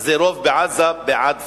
אז הרוב בעזה בעד "פתח".